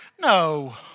No